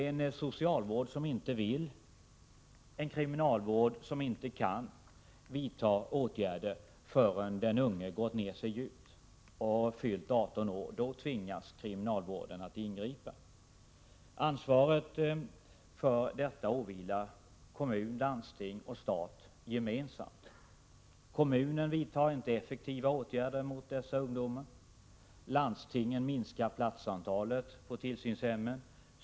Inom socialvården vill man inte, inom kriminalvården kan man inte vidta åtgärder förrän den unge gått ner sig djupt och fyllt 18 år. Då tvingas kriminalvården att ingripa. Ansvaret för detta åvilar kommun, landsting och stat gemensamt. Kommunen vidtar inte effektiva åtgärder mot dessa ungdomar. Landstingen minskar antalet platser på tillsynshemmen.